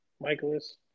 Michaelis